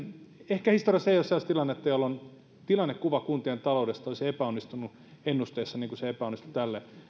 ehkä historiassa ei ole sellaista tilannetta jolloin tilannekuva kuntien taloudesta olisi epäonnistunut ennusteessa niin kuin se epäonnistui tälle